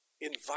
invite